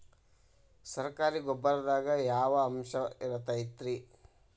ಸರಕಾರಿ ಗೊಬ್ಬರದಾಗ ಯಾವ ಅಂಶ ಇರತೈತ್ರಿ?